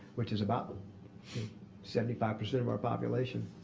which is about seventy five percent of our population,